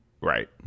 Right